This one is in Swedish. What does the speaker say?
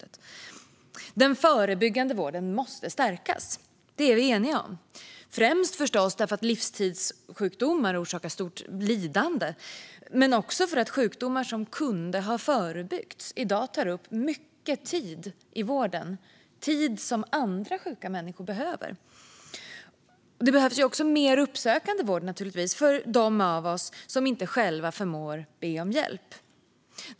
Att den förebyggande vården måste stärkas är vi eniga om, naturligtvis främst därför att livsstilssjukdomar orsakar stort lidande men också därför att sjukdomar som kunde ha förebyggts tar upp mycket tid i vården i dag, tid som andra sjuka människor behöver. Det behövs också mer uppsökande vård, naturligtvis, för dem av oss som inte själva förmår be om hjälp.